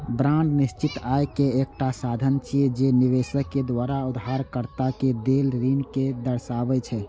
bond निश्चित आय के एकटा साधन छियै, जे निवेशक द्वारा उधारकर्ता कें देल ऋण कें दर्शाबै छै